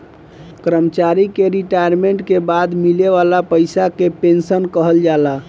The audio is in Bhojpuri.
कर्मचारी के रिटायरमेंट के बाद मिले वाला पइसा के पेंशन कहल जाला